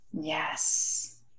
Yes